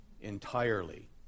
entirely